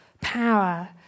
power